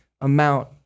amount